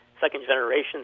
second-generation